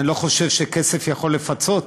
אני לא חושב שכסף יכול לפצות,